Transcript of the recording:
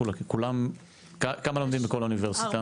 כמה לומדים בכל אוניברסיטה?